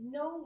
no